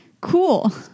Cool